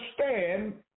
understand